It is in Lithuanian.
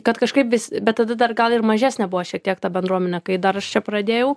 kad kažkaip vis bet tada dar gal ir mažesnė buvo šiek tiek tą bendruomenė kai aš čia pradėjau